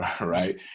right